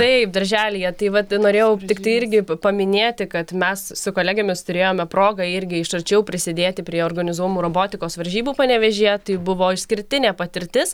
taip darželyje tai vat norėjau tiktai irgi paminėti kad mes su kolegėmis turėjome progą irgi iš arčiau prisidėti prie organizuojamų robotikos varžybų panevėžyje tai buvo išskirtinė patirtis